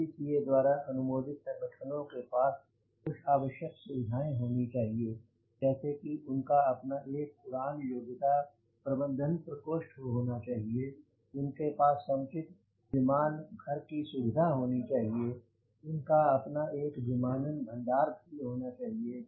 DGCA द्वारा अनुमोदित संगठनों के पास कुछ आवश्यक सुविधाएँ होनी चाहिए जैसे कि इनका अपना एक उड़ान योग्यता प्रबंधन प्रकोष्ठ होना चाहिए इनके पास समुचित विमान घर की सुविधा होनी चाहिए इनका अपना एक विमानन भंडार होना चाहिए